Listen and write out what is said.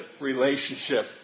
relationship